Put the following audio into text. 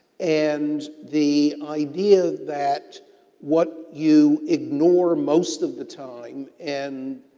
and the idea that what you ignore most of the time and,